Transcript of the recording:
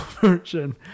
version